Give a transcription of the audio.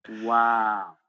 wow